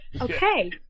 Okay